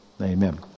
Amen